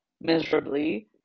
miserably